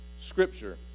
scripture